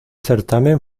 certamen